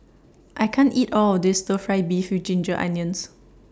I can't eat All of This Stir Fry Beef with Ginger Onions